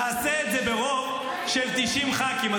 נעשה את זה ברוב של 90 ח"כים.